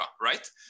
right